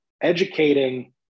educating